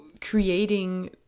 creating